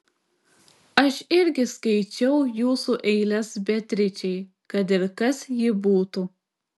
aš irgi skaičiau jūsų eiles beatričei kad ir kas ji būtų